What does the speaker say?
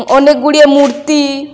ଅନେକ ଗୁଡ଼ିଏ ମୂର୍ତ୍ତି